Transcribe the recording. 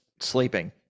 sleeping